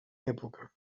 època